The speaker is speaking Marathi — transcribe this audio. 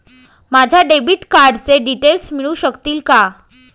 माझ्या डेबिट कार्डचे डिटेल्स मिळू शकतील का?